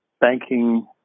banking